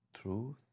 truth